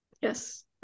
Yes